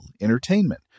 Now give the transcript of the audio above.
entertainment